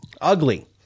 Ugly